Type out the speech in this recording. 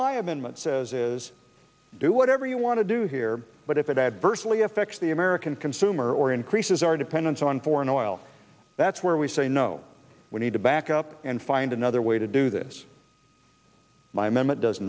my amendment says is do whatever you want to do here but if it adversely affects the american consumer or increases our dependence on foreign oil that's where we say no we need to back up and find another way to do this by mehmet does